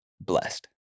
blessed